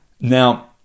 now